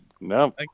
No